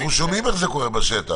אנחנו שומעים איך זה קורה בשטח.